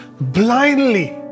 blindly